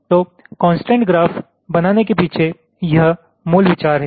तो constraint graph बनाने के पीछे यह मूल विचार है